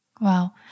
Wow